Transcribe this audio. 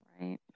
right